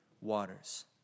waters